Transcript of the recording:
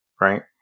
right